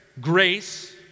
Grace